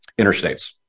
interstates